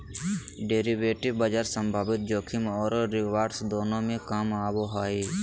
derivative बाजार संभावित जोखिम औरो रिवार्ड्स दोनों में काम आबो हइ